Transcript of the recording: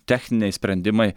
techniniai sprendimai